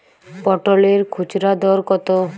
পটলের খুচরা দর কত?